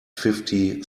fifty